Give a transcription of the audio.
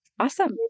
Awesome